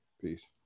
Peace